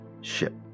ship